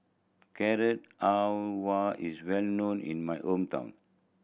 Carrot Halwa is well known in my hometown